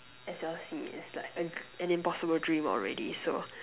S_L_C it's like an impossible dream already so